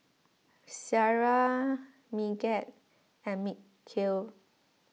Syirah Megat and Mikhail